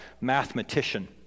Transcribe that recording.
mathematician